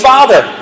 Father